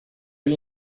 lui